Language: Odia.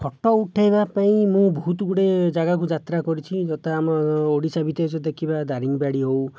ଫଟୋ ଉଠେଇବା ପାଇଁ ମୁଁ ବହୁତ ଗୁଡ଼ାଏ ଜାଗାକୁ ଯାତ୍ରା କରିଛି ଯଥା ଆମର ଓଡ଼ିଶା ଭିତରେ ଯଦି ଦେଖିବା ଦାରିଙ୍ଗବାଡ଼ି ହେଉ